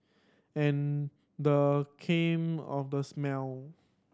and the came on the smell